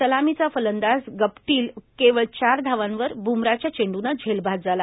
सलामीचा फलंदाज गपटील केवळ चार धावांवर बूमराच्या चेंडूलं झेलबाद झाला